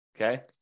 Okay